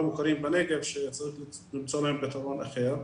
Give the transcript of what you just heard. מוכרים בנגב שצריך למצוא להם פתרון אחר.